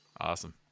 awesome